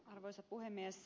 arvoisa puhemies